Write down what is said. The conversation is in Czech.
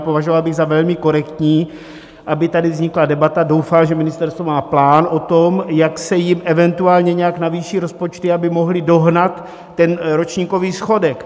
Považoval bych za velmi korektní, aby tady vznikla debata doufám, že ministerstvo má plán o tom, jak se jim eventuálně nějak navýší rozpočty, aby mohly dohnat ten ročníkový schodek.